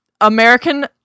American